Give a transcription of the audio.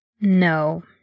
No